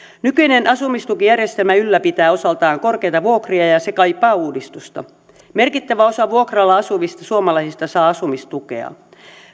nykyinen asumistukijärjestelmä ylläpitää osaltaan korkeita vuokria ja ja se kaipaa uudistusta merkittävä osa vuokralla asuvista suomalaisista saa asumistukea